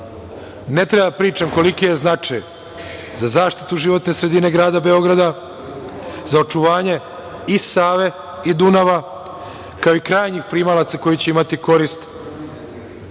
Ne treba da pričam koliki je značaj za zaštitu životne sredine Grada Beograda, za očuvanje i Save i Dunava, kao i krajnjih primalaca koji će imati korist